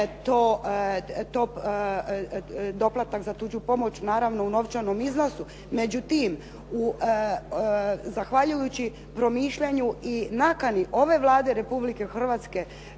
to doplatak za tuđu pomoć, naravno u novčanom iznosu. Međutim, zahvaljujući promišljanju i nakani ove Vlade Republike Hrvatske